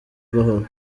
gahoro